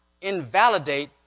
invalidate